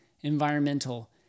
environmental